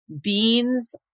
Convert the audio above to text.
beans